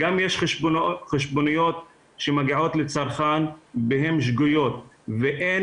גם יש חשבוניות שמגיעות לצרכן והן שגויות ואין